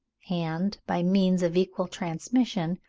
and, by means of equal transmission,